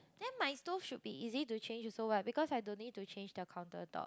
then my stove should be easy to change also what because I don't need to change the countertop